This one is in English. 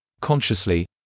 consciously